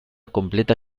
completa